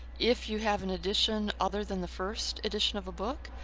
if you have an edition other than the first edition of a book,